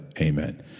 Amen